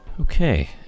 Okay